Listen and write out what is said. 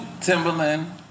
Timberland